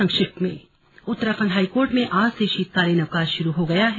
संक्षिप्त समाचार उत्तराखंड हाईकोर्ट में आज से शीतकालीन अवकाश शुरू हे गया है